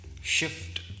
shift